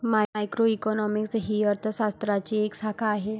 macroeconomics ही अर्थ शास्त्राची एक शाखा आहे